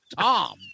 Tom